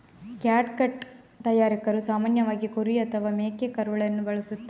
catgut ತಯಾರಕರು ಸಾಮಾನ್ಯವಾಗಿ ಕುರಿ ಅಥವಾ ಮೇಕೆಕರುಳನ್ನು ಬಳಸುತ್ತಾರೆ